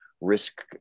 risk